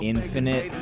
Infinite